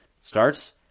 starts